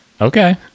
okay